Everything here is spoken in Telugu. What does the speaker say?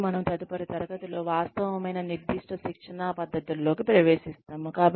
మరియు మనము తదుపరి తరగతిలో వాస్తవమైన నిర్దిష్ట శిక్షణా పద్ధతుల్లోకి ప్రవేశిస్తాము